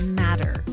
matter